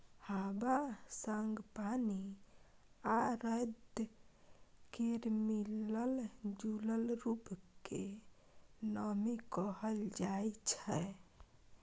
हबा संग पानि आ रौद केर मिलल जूलल रुप केँ नमी कहल जाइ छै